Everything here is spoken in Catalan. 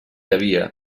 havia